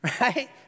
right